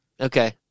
Okay